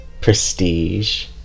prestige